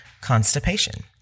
constipation